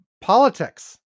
politics